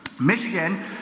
Michigan